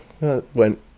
went